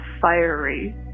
fiery